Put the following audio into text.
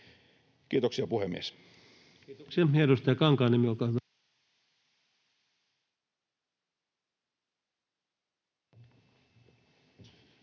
Kiitoksia, puhemies. Kiitoksia. — Edustaja Kankaanniemi, olkaa hyvä.